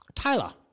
Tyler